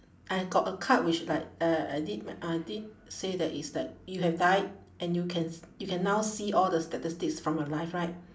I got a card which like uh I did I did say that it's like you have died and you can s~ you can now see all the statistics from your life right